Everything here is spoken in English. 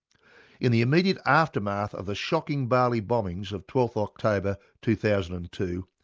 in the immediate aftermath of the shocking bali bombings of twelve october two thousand and two,